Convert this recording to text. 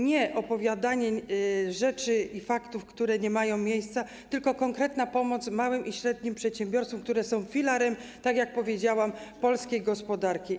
Nie opowiadanie o rzeczach i faktach, które nie mają miejsca, tylko konkretna pomoc małym i średnim przedsiębiorcom, które są filarem, tak jak powiedziałam, polskiej gospodarki.